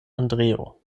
andreo